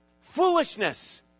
Foolishness